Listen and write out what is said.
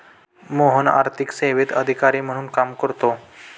मोहन आर्थिक सेवेत अधिकारी म्हणून काम करतो